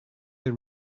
they